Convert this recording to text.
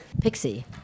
Pixie